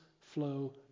flow